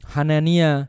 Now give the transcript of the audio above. Hanania